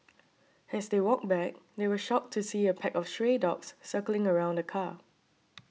as they walked back they were shocked to see a pack of stray dogs circling around the car